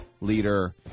leader